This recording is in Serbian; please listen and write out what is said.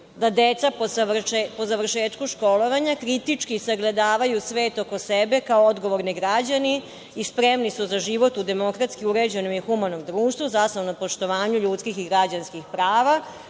da deca po završetku školovanja kritički sagledavaju svet oko sebe kao odgovorni građani i spremni su za život u demokratski uređenom i humanom društvu zasnovanom na poštovanju ljudskih i građanskih prava,